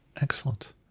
excellent